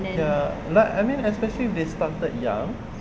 ya like especially when they started young